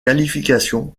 qualifications